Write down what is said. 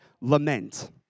lament